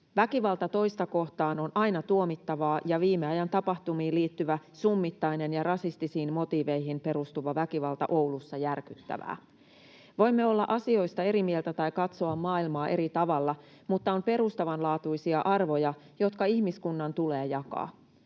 Väkivalta toista kohtaan on aina tuomittavaa ja viime ajan tapahtumiin liittyvä summittainen ja rasistisiin motiiveihin perustuva väkivalta Oulussa järkyttävää. Voimme olla asioista eri mieltä tai katsoa maailmaa eri tavalla, mutta on perustavanlaatuisia arvoja, jotka ihmiskunnan tulee jakaa.